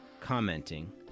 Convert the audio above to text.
commenting